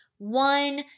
one